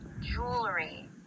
jewelry